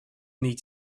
need